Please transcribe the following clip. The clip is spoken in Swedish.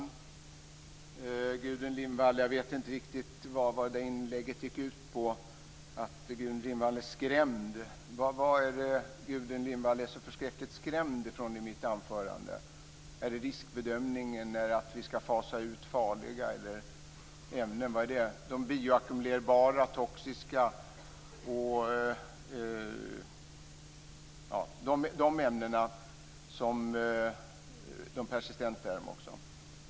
Fru talman! Jag vet inte riktigt vad Gudrun Lindvalls inlägg gick ut på. Vad var det som Gudrun Lindvall blev så förskräckligt skrämd av i mitt anförande? Var det av riskbedömningen eller av att vi ska fasa ut farliga ämnen, dvs. de bioackumulerbara, de toxiska och de persistenta?